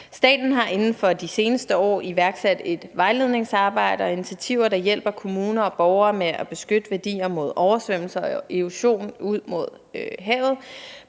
Staten har inden for de seneste år iværksat et vejledningsarbejde og nogle initiativer, der hjælper kommuner og borgere med at beskytte værdier mod oversvømmelser og erosion ud mod havet.